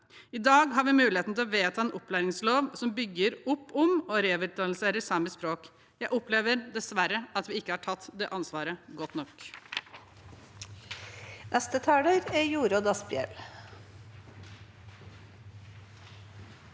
I dag har vi muligheten til å vedta en opplæringslov som bygger opp om å revitalisere samiske språk. Jeg opplever dessverre at vi ikke har tatt det ansvaret godt nok.